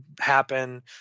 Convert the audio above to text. happen